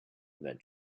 that